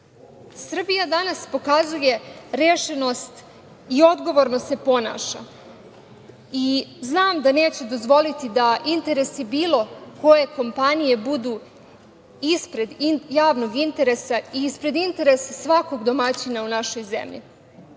danas pokazuje rešenost i odgovorno se ponaša i znam da neće dozvoliti da interesi bilo koje kompanije budu ispred javnog interesa i ispred interesa svakog domaćina u našoj zemlji. Kao